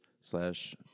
slash